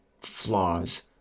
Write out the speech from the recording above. flaws